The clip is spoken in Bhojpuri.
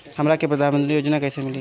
हमरा के प्रधानमंत्री योजना कईसे मिली?